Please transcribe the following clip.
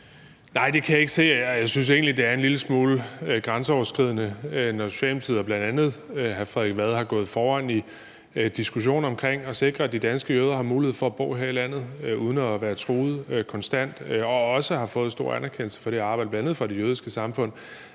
Nej, det kan jeg ikke se, og jeg synes egentlig, det er en lille smule grænseoverskridende, når Socialdemokratiet og bl.a. hr. Frederik Vad er gået foran i diskussionen om at sikre, at de danske jøder har mulighed for at bo her i landet uden at være truet konstant, og også har fået stor anerkendelse for det arbejde bl.a. fra det jødiske samfund.